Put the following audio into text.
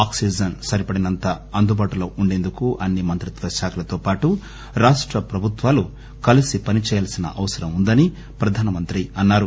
oxygen సరిపడినంత అందుబాటులో వుండేందుకు అన్సి మంత్రిత్వశాఖలతోపాటు రాష్ట ప్రభుత్వాలు కలిసి పనిచేయాల్సిన అవసరం వుందని ప్రధాన మంత్రి అన్నారు